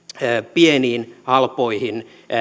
pieniin halpoihin